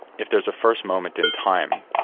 if there's a first moment in time,